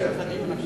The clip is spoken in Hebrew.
בעד,